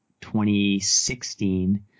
2016